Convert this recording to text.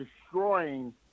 destroying